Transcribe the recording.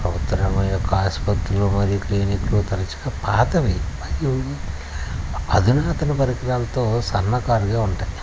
ప్రభుత్వం యొక్క ఆసుపత్రులు మరియు క్లినిక్ తరచుగా పాతవి మరియు అధునాతన పరికరాలతో సన్నకారుగా ఉంటాయి